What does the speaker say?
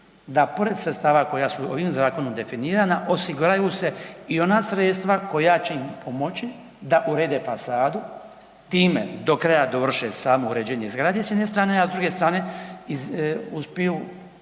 da pored sredstava koja su ovim zakonom definirana osiguraju se i ona sredstava koja će im pomoći da urede fasadu, time do kraja dovrše samo uređenje zgrade s jedne strane, a s druge strane uspiju